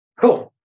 Cool